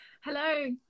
Hello